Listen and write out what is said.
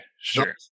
Sure